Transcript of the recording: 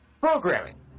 programming